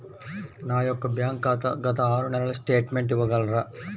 నా యొక్క బ్యాంక్ ఖాతా గత ఆరు నెలల స్టేట్మెంట్ ఇవ్వగలరా?